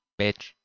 bitch